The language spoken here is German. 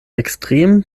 extrem